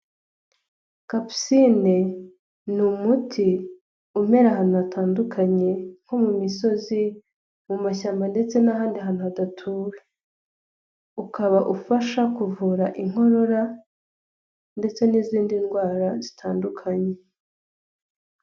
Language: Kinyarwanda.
Kapusine ni umuti umera ahantu hatandukanye nko mu misozi, mu mashyamba ndetse n'ahandi hantu hadatuwe, ukaba ufasha kuvura inkorora, ndetse n'izindi ndwara zitandukanye.